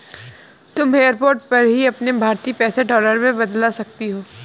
तुम एयरपोर्ट पर ही अपने भारतीय पैसे डॉलर में बदलवा सकती हो